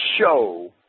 show